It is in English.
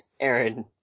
Aaron